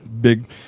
big